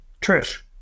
Trish